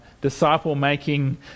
disciple-making